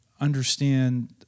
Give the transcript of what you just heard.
understand